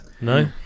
No